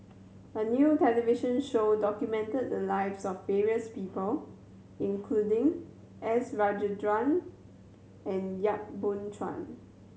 a new television show documented the lives of various people including S Rajendran and Yap Boon Chuan